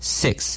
six